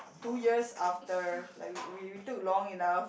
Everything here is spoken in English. two years after like we we we took long enough